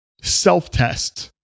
self-test